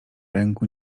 ręku